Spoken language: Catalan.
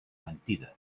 mentida